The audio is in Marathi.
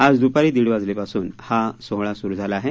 आज दुपारी दीड वाजल्यापासून हा सोहळा सुरु झाला आहे